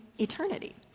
eternity